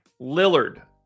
Lillard